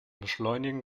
beschleunigen